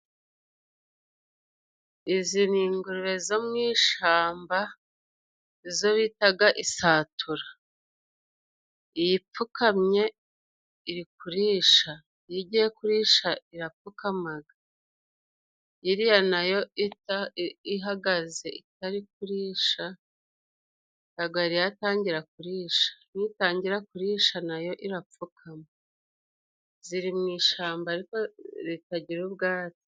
Izi ni ingurubezo mwishyambazo bitaga isatura iyi ipfukamye irikurisha .Iyigiyekurisha irapfukamaga, Iriya nayo ita ihagaze itari kurisha nagoyariyatangira kurisha nitangira kurisha nayo irapfukama .Ziri mu ishyamba ariko ritagira ubwatsi.